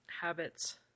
Habits